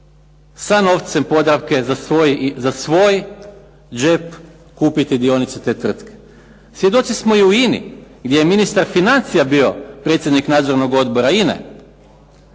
sa novcem Podravke za svoj džep kupiti dionice te tvrtke. Svjedoci smo u INA-i gdje je ministar financija bio predsjednik nadzornog odbora INA-e